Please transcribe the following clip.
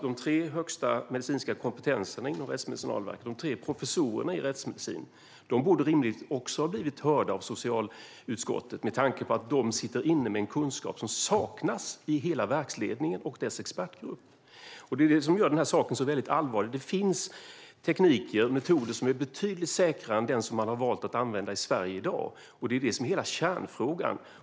De tre högsta medicinska kompetenserna inom Rättsmedicinalverket, de tre professorerna i rättsmedicin, borde rimligen också ha blivit hörda av socialutskottet med tanke på att de sitter inne med en kunskap som saknas i hela verksledningen och dess expertgrupp. Det är det som gör frågan så allvarlig. Det finns tekniker och metoder som är betydligt säkrare än den som man har valt att använda i Sverige i dag. Det är det som är hela kärnfrågan.